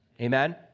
Amen